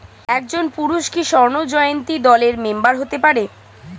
একজন পুরুষ কি স্বর্ণ জয়ন্তী দলের মেম্বার হতে পারে?